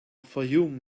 fayoum